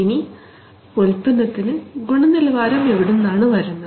ഇനി ഉൽപ്പന്നത്തിന് ഗുണനിലവാരം എവിടുന്നാണ് വരുന്നത്